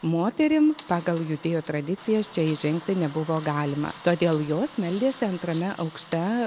moterim pagal judėjų tradicijas čia įžengti nebuvo galima todėl jos meldėsi antrame aukšte